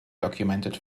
documented